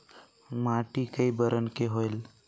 माटी कई बरन के होयल?